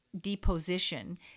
deposition